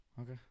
okay